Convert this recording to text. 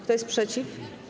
Kto jest przeciw?